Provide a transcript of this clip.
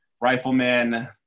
rifleman